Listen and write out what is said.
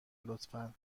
لطفا